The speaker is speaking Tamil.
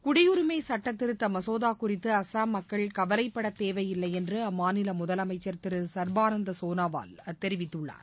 குடியுரினம சுட்டத் திருத்த மசோதா குறித்து அசாம் மக்கள் கவலைப்பட தேவையில்லை என்று அம்மாநில முதலமச்சர் திரு சர்பானந்த சோனோவால் தெரிவித்துள்ளார்